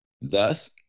Thus